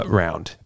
round